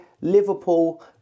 Liverpool